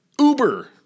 Uber